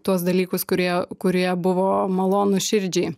tuos dalykus kurie kurie buvo malonūs širdžiai